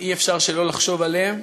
אי-אפשר שלא לחשוב עליהן.